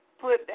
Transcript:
put